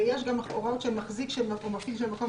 ויש גם הוראות שמחזיק או מפעיל של מקום